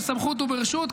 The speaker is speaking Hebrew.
בסמכות וברשות,